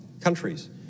countries